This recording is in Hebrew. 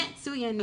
מצוינים.